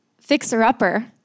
fixer-upper